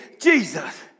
Jesus